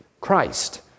Christ